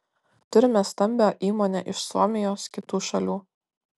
turime stambią įmonę iš suomijos kitų šalių